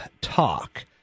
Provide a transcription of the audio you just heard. talk